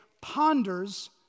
ponders